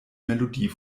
melodie